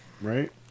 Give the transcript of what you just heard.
Right